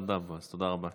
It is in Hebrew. תודה, בועז, תודה רבה.